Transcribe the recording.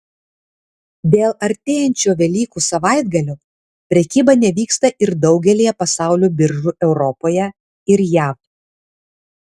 dėl artėjančio velykų savaitgalio prekyba nevyksta ir daugelyje pasaulio biržų europoje ir jav